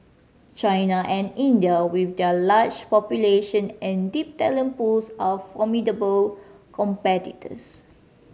China and India with their large population and deep talent pools are formidable competitors